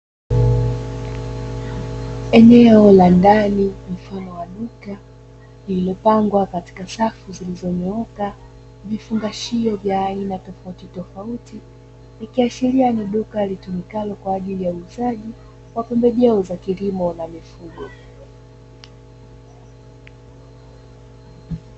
Eneo la ndani mfumo wa duka lililopangwa katika safu zilizonyooka vifungashio vya aina tofautitofauti, vikiashiria ni duka litumikalo kwa ajili ya uuzaji wa pembejeo za kilimo na mifugo.